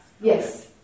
Yes